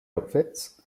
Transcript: outfits